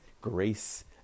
grace